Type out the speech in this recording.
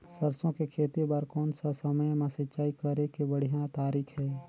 सरसो के खेती बार कोन सा समय मां सिंचाई करे के बढ़िया तारीक हे?